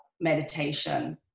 meditation